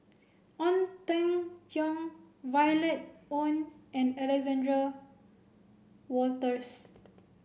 Ong Teng Cheong Violet Oon and Alexander Wolters